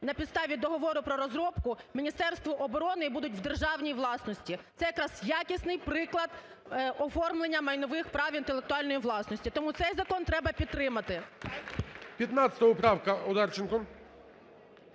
на підставі договору про розробку Міністерству оборони і будуть в державній власності. Це якраз якісний приклад оформлення майнових прав інтелектуальної власності, тому цей закон треба підтримати.